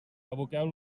aboqueu